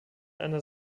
einer